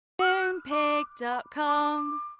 Moonpig.com